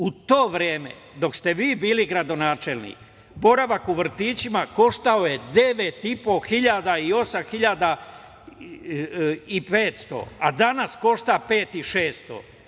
U to vreme, dok ste bili gradonačelnik, boravak u vrtićima je koštao 9.500 i 8.500, a danas košta 5.600.